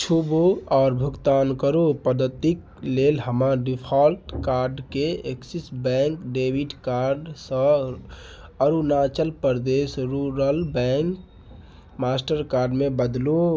छूबु आओर भुगतान करू पद्धतिक लेल हमर डिफाल्ट कार्डकेँ एक्सिस बैंक डेबिट कार्ड सँ Arunachal Pradesh rural bank Mastercard मे बदलू